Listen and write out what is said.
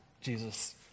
Jesus